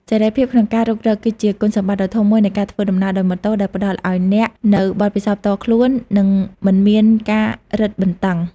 សេរីភាពក្នុងការរុករក គឺជាគុណសម្បត្តិដ៏ធំមួយនៃការធ្វើដំណើរដោយម៉ូតូ ដែលផ្តល់ឱ្យអ្នកនូវបទពិសោធន៍ផ្ទាល់ខ្លួន និងមិនមានការរឹតបន្តឹង។